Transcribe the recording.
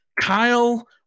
Kyle